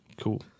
cool